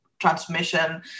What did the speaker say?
transmission